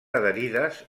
adherides